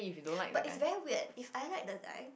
but it's very weird if I like the guy